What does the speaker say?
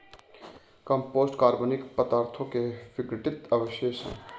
compost कार्बनिक पदार्थों के विघटित अवशेष हैं